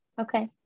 okay